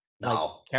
No